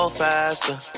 faster